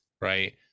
right